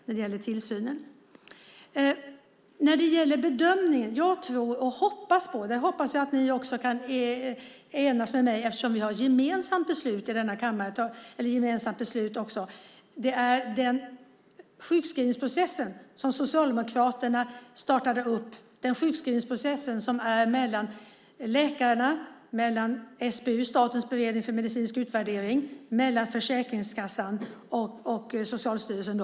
När det gäller bedömningen tror och hoppas jag på den sjukskrivningsprocess som Socialdemokraterna startade upp. Det hoppas jag att ni enas med mig om, eftersom beslutet i kammaren är gemensamt. Det är en sjukskrivningsprocess mellan läkarna, Statens beredning för medicinsk utvärdering, Försäkringskassan och Socialstyrelsen.